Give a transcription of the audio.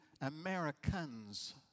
Americans